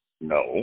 no